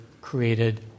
created